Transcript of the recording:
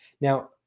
Now